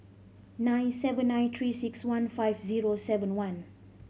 nine seven nine Three Six One five zero seven one